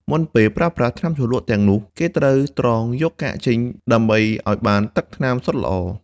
មុនពេលប្រើប្រាស់ ថ្នាំជ្រលក់ទាំងនោះ គេត្រូវត្រងយកកាកចេញដើម្បីឱ្យបានទឹកថ្នាំសុទ្ធល្អ។